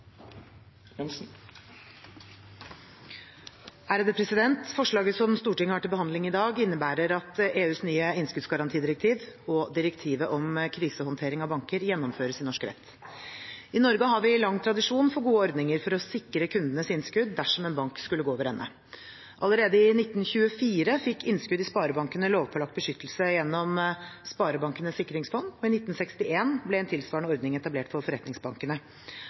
Forslaget som Stortinget har til behandling i dag, innebærer at EUs nye innskuddsgarantidirektiv og direktivet om krisehåndtering av banker gjennomføres i norsk rett. I Norge har vi lang tradisjon for gode ordninger for å sikre kundenes innskudd dersom en bank skulle gå over ende. Allerede i 1924 fikk innskudd i sparebankene lovpålagt beskyttelse gjennom Sparebankenes sikringsfond, og i 1961 ble en tilsvarende ordning etablert for forretningsbankene.